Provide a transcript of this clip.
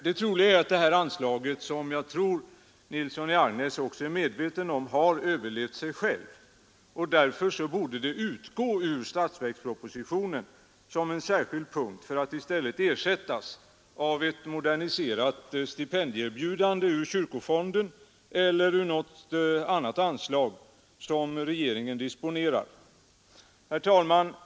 Det troliga är att det här anslaget — som väl herr Nilsson i Agnäs också är medveten om — har överlevt sig självt, och därför borde det utgå ur statsverkspropositionen som en särskild punkt för att ersättas av ett moderniserat stipendieerbjudande ur kyrkofonden eller ur något annat anslag som regeringen disponerar. Herr talman!